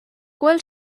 bhfuil